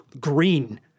green